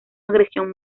agresión